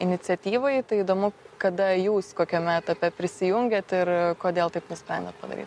iniciatyvoj tai įdomu kada jūs kokiame etape prisijungėt ir kodėl taip nusprendėt padaryt